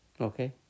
Okay